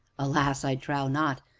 alas! i trow not.